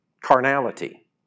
carnality